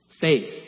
faith